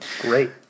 Great